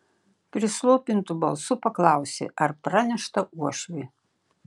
prislopintu balsu paklausė ar pranešta uošviui